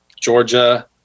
Georgia